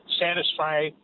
satisfy